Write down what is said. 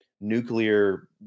nuclear